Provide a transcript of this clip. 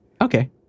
Okay